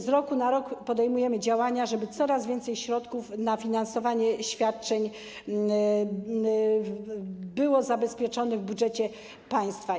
Z roku na rok podejmujemy działania, żeby coraz więcej środków na finansowanie świadczeń było zabezpieczonych w budżecie państwa.